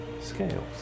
scales